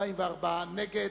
47 נגד.